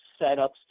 setups